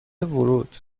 ورود